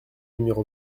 numéro